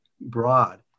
broad